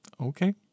Okay